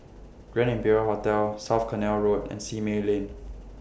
Grand Imperial Hotel South Canal Road and Simei Lane